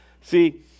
See